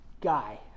guy